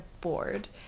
bored